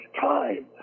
time